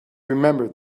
remembered